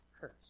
Curse